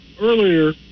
earlier